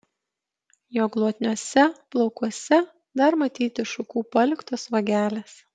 jo glotniuose plaukuose dar matyti šukų paliktos vagelės